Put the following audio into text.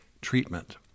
treatment